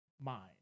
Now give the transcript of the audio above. mind